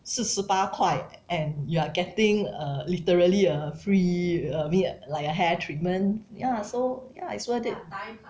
四十八块 and you are getting a literally a free uh mean like a hair treatment ya so ya it's worth it